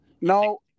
No